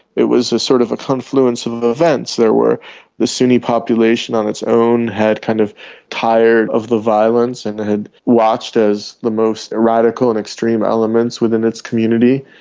it was a sort of a confluence of of events. there were the sunni population on its own had kind of tired of the violence and had watched as the most radical and extreme elements within its community,